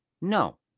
No